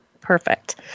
Perfect